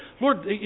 Lord